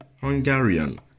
Hungarian